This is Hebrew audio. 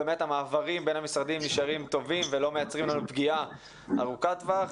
שהמעברים בין המשרדים נשארים טובים ולא מייצרים פגיעה ארוכת טווח.